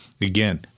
again